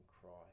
Christ